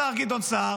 השר גדעון סער,